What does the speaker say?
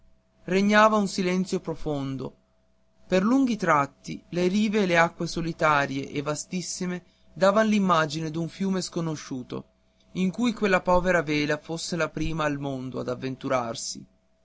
regnava un silenzio profondo per lunghi tratti le rive e le acque solitarie e vastissime davan l'immagine d'un fiume sconosciuto in cui quella povera vela fosse la prima al mondo ad avventurarsi